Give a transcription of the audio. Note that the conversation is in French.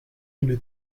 une